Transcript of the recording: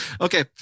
Okay